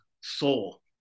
soul